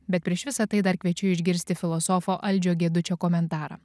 bet prieš visą tai dar kviečiu išgirsti filosofo aldžio gedučio komentarą